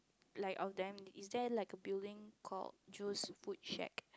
like of them is there like a building called Joe's food shack